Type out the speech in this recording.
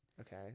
Okay